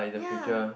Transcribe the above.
yeah